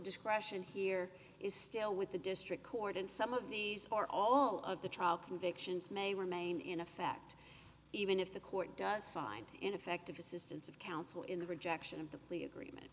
discretion here is still with the district court and some of these are all of the trial convictions may remain in effect even if the court does find ineffective assistance of counsel in the rejection of the plea agreement